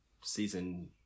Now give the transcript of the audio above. season